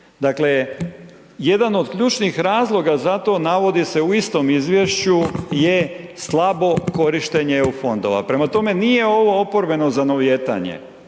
Dakle, jedan od ključnih razloga za to navodi se u istom izvješću je slabo korištenje EU fondova. Prema tome, nije ovo oporbeno zanovijetanje,